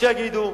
שיגידו.